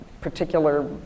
particular